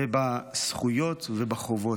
בזכויות ובחובות.